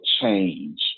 change